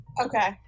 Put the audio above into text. Okay